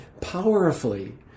powerfully